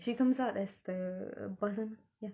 she comes out as the person ya